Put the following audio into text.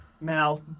Mal